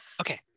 Okay